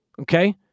Okay